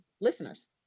listeners